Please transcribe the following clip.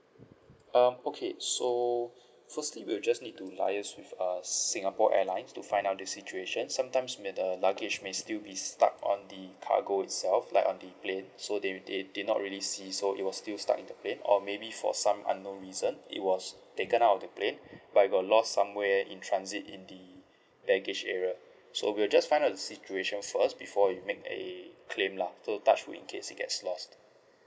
um okay so firstly we'll just need to liaise with uh singapore airlines to find out the situation sometimes may the luggage may still be stuck on the cargo itself like on the plane so they they did not really see so it was still stuck in the plane or maybe for some unknown reason it was taken out of the plane but it got lost somewhere in transit in the baggage area so we'll just find out the situation first before we make a claim lah so touch wood in case it get lost